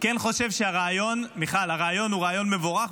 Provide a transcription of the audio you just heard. אני כן חושב שהרעיון הוא רעיון מבורך,